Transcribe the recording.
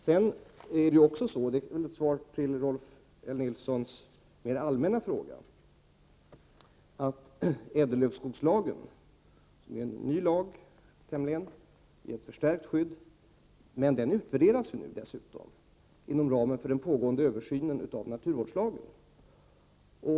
Sedan kan jag mera allmänt säga till Rolf L Nilson att ädellövskogslagen, som -— vilket jag nyss har sagt — är en tämligen ny lag, ger ett förstärkt skydd. Dessutom är denna lag föremål för utvärdering, inom ramen för den pågående översynen av naturvårdslagen.